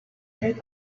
hate